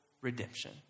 redemption